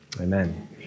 Amen